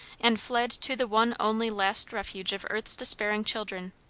and fled to the one only last refuge of earth's despairing children.